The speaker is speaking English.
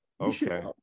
Okay